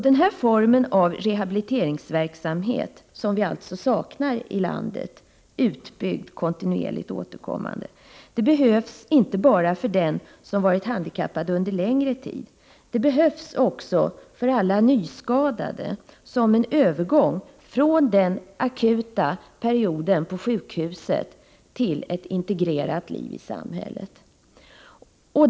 Den här formen av rehabiliteringsverksamhet, utbyggd och kontinuerligt återkommande — som vi alltså saknar i vårt land —, behövs inte bara för dem som varit handikappade under längre tid. Den behövs också för nyskadade som en övergång från den akuta perioden på sjukhuset till ett integrerat liv i samhället.